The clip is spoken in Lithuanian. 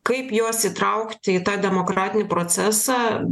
kaip juos įtraukti į tą demokratinį procesą